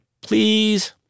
Please